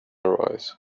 arise